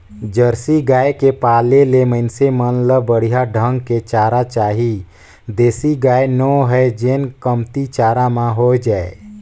Jersey गाय के पाले ले मइनसे मन ल बड़िहा ढंग के चारा चाही देसी गाय नो हय जेन कमती चारा म हो जाय